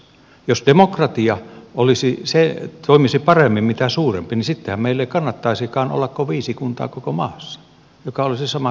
jos demokratia toimisi paremmin mitä suurempi niin sittenhän meillä ei kannattaisikaan olla kuin viisi kuntaa koko maassa mikä olisi sama kuin erva alue